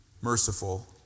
merciful